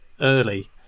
early